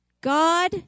God